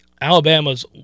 Alabama's